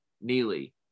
neely